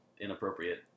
inappropriate